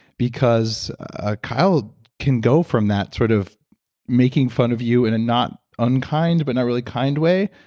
because ah kyle can go from that sort of making fun of you in a not unkind, but not really kind way,